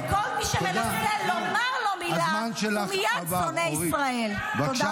כמה שנאה יש לכם.